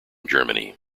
germany